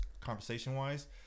conversation-wise